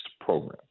program